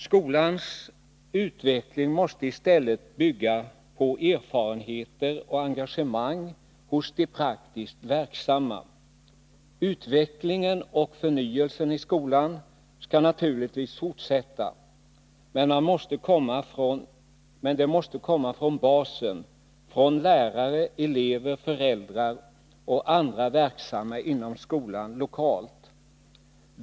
Skolans utveckling måste i stället bygga på erfarenheter och engagemang hos de praktiskt verksamma. Utvecklingen och förnyelsen i skolan skall naturligtvis fortsätta, men den måste komma från basen, från lärare, elever, föräldrar och andra som är verksamma inom skolan lokalt.